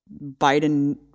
Biden